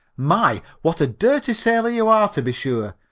my, what a dirty sailor you are, to be sure,